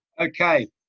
Okay